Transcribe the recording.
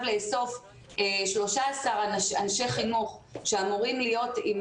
לאסוף 13 אנשי חינוך שאמורים להיות עם